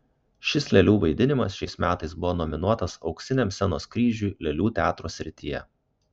šis lėlių vaidinimas šiais metais buvo nominuotas auksiniam scenos kryžiui lėlių teatro srityje